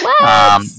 Wow